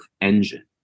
Engine